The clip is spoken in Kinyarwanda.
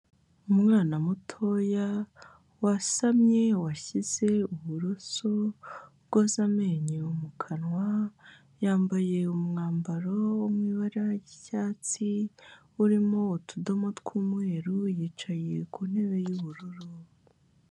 Umwana mutoya wasamye washyize uburoso bwoza amenyo mu kanwa, yambaye umwambaro wo mu ibara ry'icyatsi urimo utudomo tw'umweru yicaye ku ntebe y'ubururu.